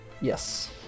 Yes